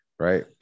right